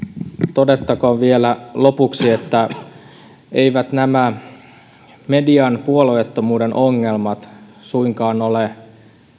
todettakoon vielä lopuksi että eivät nämä median puolueettomuuden ongelmat suinkaan ole